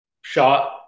shot